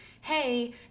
hey